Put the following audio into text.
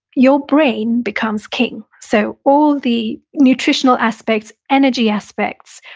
your brain becomes king so all the nutritional aspects, energy aspects,